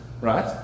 Right